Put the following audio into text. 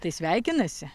tai sveikinasi